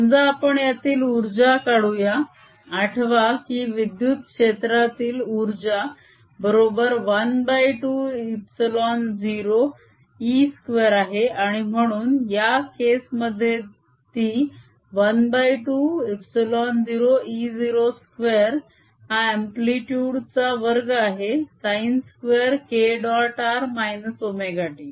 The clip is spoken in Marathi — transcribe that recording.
समजा आपण यातील उर्जा काढूया आठवा की विद्युत क्षेत्रातील उर्जा बरोबर ½ ε0 e 2 आहे आणि म्हणून या केस मध्ये ती ½ ε0 e02 हा अम्प्लीतुड चा वर्ग आहे sin 2 k dot r ωt